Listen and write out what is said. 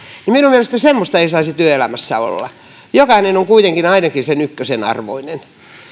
niin minun mielestäni semmoista ei saisi työelämässä olla jokainen on kuitenkin ainakin sen ykkösen arvoinen